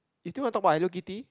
you still want talk about Hello-Kitty